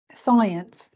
science